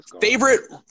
favorite